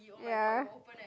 ya